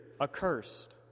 accursed